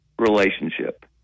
relationship